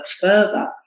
further